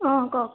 অঁ কওক